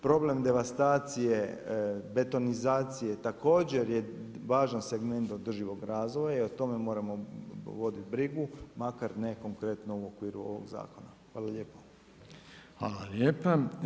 Problem devastacije, betonizacije također je važan segment održivog razvoja i o tome moramo vodit brigu makar ne konkretno u okviru ovog zakona.